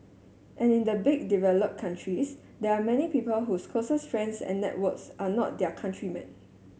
and the big developed countries there are many people whose closest friends and networks are not their countrymen